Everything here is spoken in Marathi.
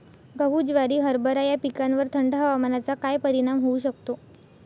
गहू, ज्वारी, हरभरा या पिकांवर थंड हवामानाचा काय परिणाम होऊ शकतो?